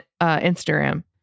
Instagram